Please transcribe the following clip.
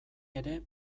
ere